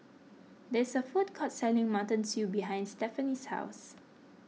there's a food court selling Mutton Stew behind Stefanie's house